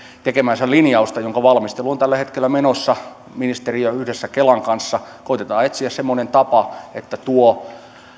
tekemäänsä linjausta jonka valmistelu on tällä hetkellä menossa ministeriö yhdessä kelan kanssa koettaa etsiä semmoista tapaa että tuo